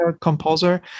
composer